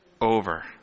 over